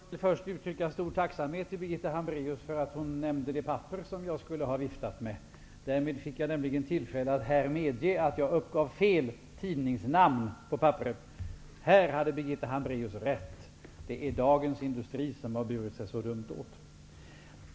Herr talman! Jag vill först uttrycka en stor tacksamhet mot Birgitta Hambraeus för att hon nämnde det papper jag skulle ha viftat med. Därmed har jag fått tillfälle att här medge att jag uppgav fel tidningsnamn. I det avseendet hade Birgitta Hambraeus rätt -- det är Dagens Inudstri som har burit sig så dumt åt.